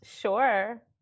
sure